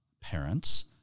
parents